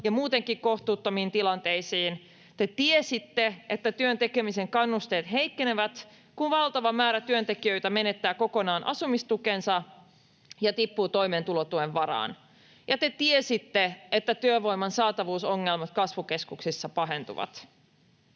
ja muutenkin kohtuuttomiin tilanteisiin. Te tiesitte, että työn tekemisen kannusteet heikkenevät, kun valtava määrä työntekijöitä menettää kokonaan asumistukensa ja tippuu toimeentulotuen varaan, ja te tiesitte, että työvoiman saatavuusongelmat kasvukeskuksissa pahentuvat.